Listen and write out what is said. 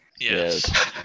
Yes